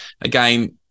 again